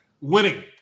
winning